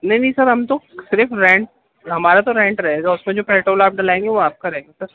نہیں نہیں سر ہم تو صرف رینٹ ہمارا تو رینٹ رہے گا اُس میں جو پیٹرول آپ ڈلائیں گے وہ آپ کا رہے گا سر